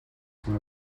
from